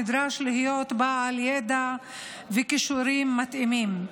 נדרש להיות בעל ידע וכישורים מתאימים.